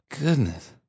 goodness